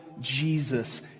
Jesus